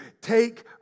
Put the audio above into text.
take